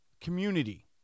community